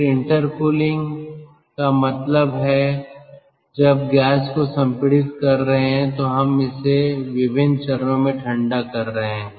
फिर इंटरकूलिंग का मतलब है जब हम गैस को संपीड़ित कर रहे हैं तो हम इसे विभिन्न चरणों में ठंडा कर रहे हैं